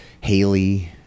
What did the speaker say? Haley